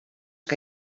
que